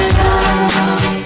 love